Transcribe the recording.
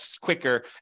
quicker